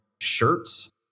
shirts